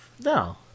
no